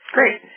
Great